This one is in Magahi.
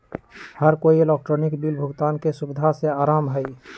हर कोई इलेक्ट्रॉनिक बिल भुगतान के सुविधा से आराम में हई